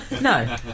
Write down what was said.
No